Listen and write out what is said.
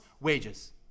wages